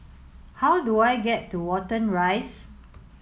how do I get to Watten Rise